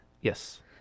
Yes